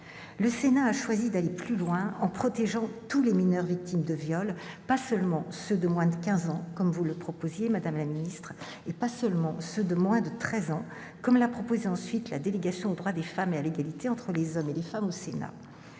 Le Sénat a choisi d'aller plus loin, en protégeant tous les mineurs victimes de viols, pas seulement ceux de moins de quinze ans, comme vous le proposiez, madame la secrétaire d'État, et pas uniquement ceux de moins de treize ans, comme l'a proposé, ensuite, la délégation aux droits des femmes et à l'égalité entre les hommes et les femmes du Sénat.